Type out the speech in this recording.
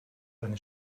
eine